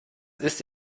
ist